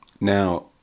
Now